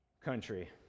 country